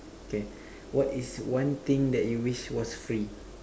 okay what is one thing that you wish was free